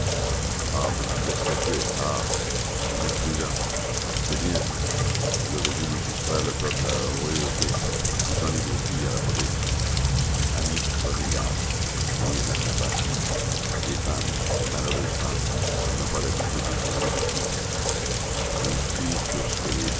ah vous vous êtes fait tuer ah vous n'êtes plus là c'est bien vous avez voulu soustraire le peuple à la royauté vous donnez vos filles à la police amis prenez garde ayez de la compassion les femmes les malheureuses femmes on n'a pas l'habitude d'y songer beaucoup on se fie sur ce que les